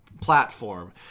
platform